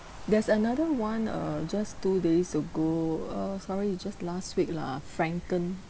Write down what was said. there's another one uh just two days ago uh sorry just last week lah Frencken